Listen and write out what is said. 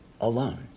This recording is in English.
alone